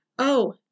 Oh